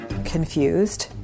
Confused